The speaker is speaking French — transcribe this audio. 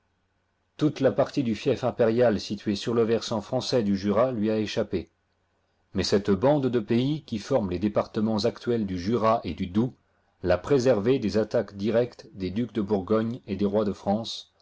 toute la partie du fief impérial située sur le versant français du jura lui a échappé mais cette bande de pays qui forme les départements actuels du jura et du doabs l'a préservée des attaques directes des ducs de bourgogne et des rois de france